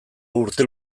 urte